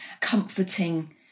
comforting